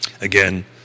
Again